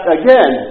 again